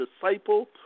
disciple